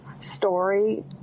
Story